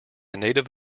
native